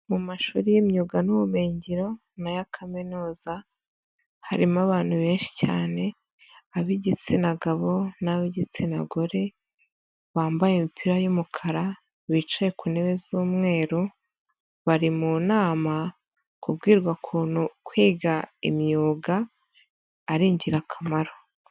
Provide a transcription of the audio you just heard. Mu mashuri y'imyuga n'ubumenyingiro naya kaminuza harimo abantu benshi cyane ab'igitsina gabo n'ab'igitsina gore, bambaye imipira yumukara bicaye ku ntebe z'umweru, bari mu nama babwirwa ukuntu kwiga imyuga ari ingirakamaro.